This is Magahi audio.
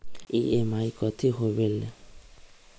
ई.एम.आई कथी होवेले?